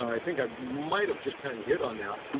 i think i might have just kind of hit on that.